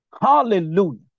Hallelujah